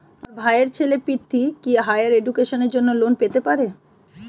আমার ভাইয়ের ছেলে পৃথ্বী, কি হাইয়ার এডুকেশনের জন্য লোন পেতে পারে?